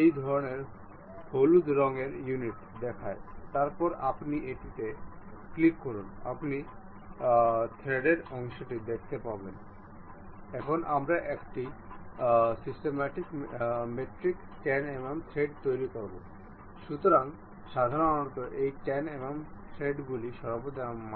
এই প্লেনটি এবং এই প্লেনটি নির্বাচন করি এবং একটি ম্যাক্সিমাম মান এবং একটি মিনিমাম মান নির্বাচন করব